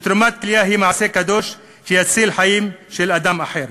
שתרומת כליה היא מעשה קדוש שיציל חיים של אדם אחר.